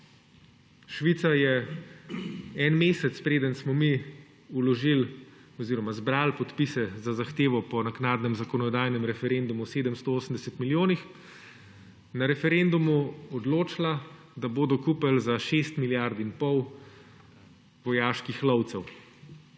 Švica je en mesec, preden smo mi vložili oziroma zbrali podpise za zahtevo po naknadnem zakonodajnem referendumu o 780 milijonih, na referendumu odločila, da bodo kupili za 6 in pol milijard vojaških lovcev.